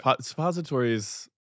suppositories